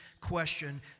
question